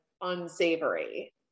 unsavory